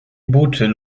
burczy